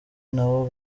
nabo